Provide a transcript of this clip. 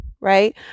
right